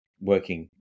working